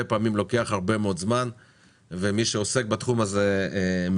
פעמים לוקח הרבה מאוד זמן ומי שעוסק בתחום הזה מבין,